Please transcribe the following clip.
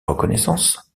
reconnaissance